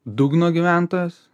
dugno gyventojas